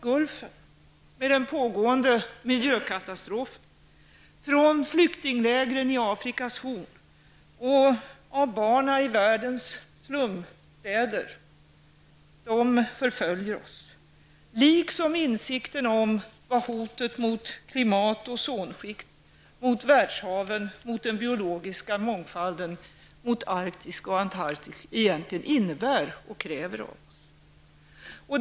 Gulfen med den pågående miljökatastrofen, från flyktinglägren i Afrikas Horn och barnen i världens slumstäder, de förföljer oss, liksom insikten om vad hotet mot klimat och ozonskikt, mot världshaven, mot den biologiska mångfalden, mot Arktis och Antarktis egentligen innebär och kräver av oss.